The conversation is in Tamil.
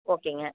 ஓகேங்க